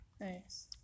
Nice